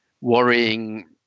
worrying